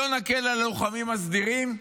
לא נקל על הלוחמים הסדירים,